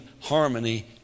harmony